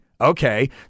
Okay